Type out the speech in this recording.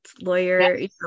lawyer